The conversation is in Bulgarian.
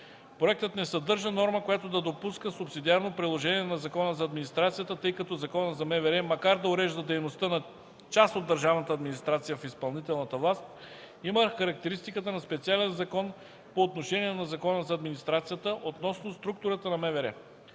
Проектът не съдържа норма, която да допуска субсидиарно приложение на Закона за администрацията, тъй като Закона за МВР, макар да урежда дейността на част от държавната администрация в изпълнителната власт, има характеристиката на специален закон по отношение на Закона за администрацията относно структурата на МВР.